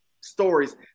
stories